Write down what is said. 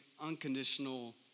unconditional